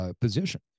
position